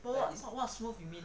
what what smooth you mean